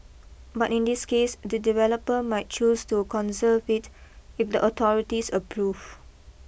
but in this case the developer might choose to conserve it if the authorities approve